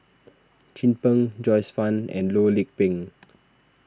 Chin Peng Joyce Fan and Loh Lik Peng